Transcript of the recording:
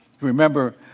remember